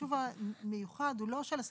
שהחישוב המיוחד הוא לא של השכר.